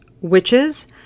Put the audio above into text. witches